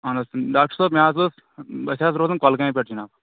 اہن حظ ڈاکٹر صٲب مےٚ حظ اوس اَسہِ حظ روزُن کۄلگامہِ پٮ۪ٹھ جِناب